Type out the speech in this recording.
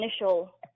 initial